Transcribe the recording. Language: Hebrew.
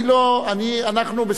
אנחנו,